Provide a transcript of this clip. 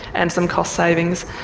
and some cost savings.